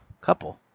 couple